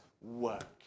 work